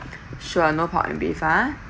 sure no pork and beef uh